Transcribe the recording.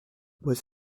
was